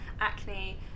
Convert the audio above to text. acne